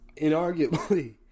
inarguably